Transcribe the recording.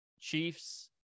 Chiefs